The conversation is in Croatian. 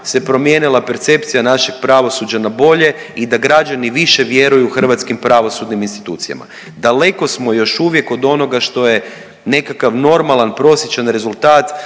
se promijenila percepcija našeg pravosuđa na bolje i da građani više vjeruju hrvatskim pravosudnim institucijama. Daleko smo još uvijek od onoga što je nekakav normalan prosječan rezultat